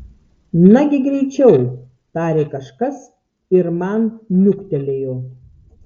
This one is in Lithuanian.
nagi greičiau tarė kažkas ir man niuktelėjo